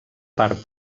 part